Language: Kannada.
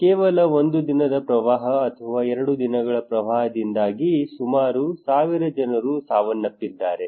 ಕೇವಲ ಒಂದು ದಿನದ ಪ್ರವಾಹ ಅಥವಾ 2 ದಿನಗಳ ಪ್ರವಾಹದಿಂದಾಗಿ ಸುಮಾರು 1000 ಜನರು ಸಾವನ್ನಪ್ಪಿದ್ದಾರೆ